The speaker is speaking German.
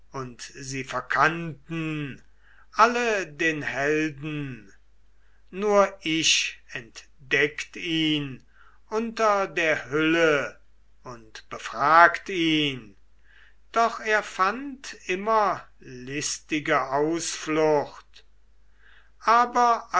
sie verkannten alle den helden nur ich entdeckt ihn unter der hülle und befragt ihn doch er fand immer listige ausflucht aber